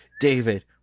David